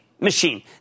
machine